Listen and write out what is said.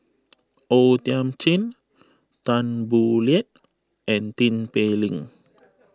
O Thiam Chin Tan Boo Liat and Tin Pei Ling